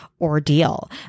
ordeal